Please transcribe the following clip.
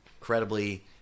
Incredibly